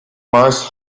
meist